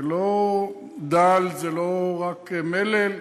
זה לא דל, זה לא רק מלל.